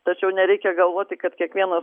tačiau nereikia galvoti kad kiekvienas